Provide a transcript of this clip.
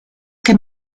che